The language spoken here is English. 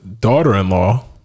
daughter-in-law